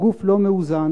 הוא גוף לא מאוזן,